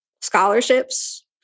scholarships